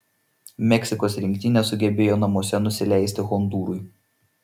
meksikos rinktinė sugebėjo namuose nusileisti hondūrui